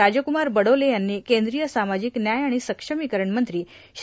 राजकुमार बडोले यांनी केत्रीय सामाजिक न्याय आणि सक्षमीकरण मंत्री श्री